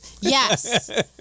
Yes